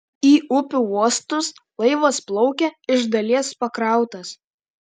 į upių uostus laivas plaukia iš dalies pakrautas